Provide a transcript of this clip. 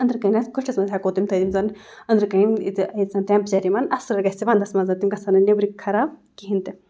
أنٛدرٕکَنٮ۪تھ کُٹھِس منٛز ہٮ۪کو تِم تھٲوِتھ یِم زَن أنٛدرٕکَنۍ ییٚتہِ ییٚتہِ زَن ٹٮ۪مپریچَر یِمَن اثر گژھِ وَنٛدَس منٛز تِم گژھن نہٕ نٮ۪برٕ خراب کِہیٖنۍ تہِ